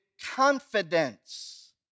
confidence